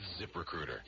ZipRecruiter